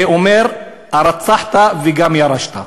זה אומר "הרצחת וגם ירשת".